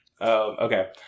Okay